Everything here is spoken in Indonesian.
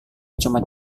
jumat